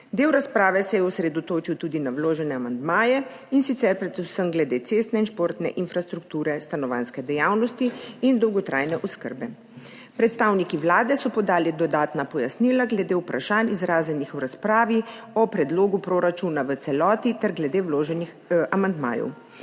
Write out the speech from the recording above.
Del razprave se je osredotočil tudi na vložene amandmaje, in sicer predvsem glede cestne in športne infrastrukture, stanovanjske dejavnosti in dolgotrajne oskrbe. Predstavniki Vlade so podali dodatna pojasnila glede vprašanj, izraženih v razpravi o predlogu proračuna v celoti ter glede vloženih amandmajev.